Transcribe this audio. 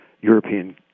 European